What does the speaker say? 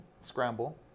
scramble